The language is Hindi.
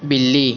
बिल्ली